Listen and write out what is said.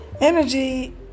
Energy